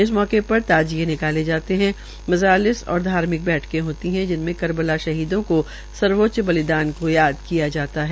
इस अवसर पर ताजिये निकाले जाते है मंजलिस और धार्मिक बैठके होती है जिनमें करबला शहीदों के सर्वोच्च बलिदान को याद किया जाता है